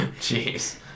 Jeez